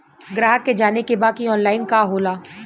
ग्राहक के जाने के बा की ऑनलाइन का होला?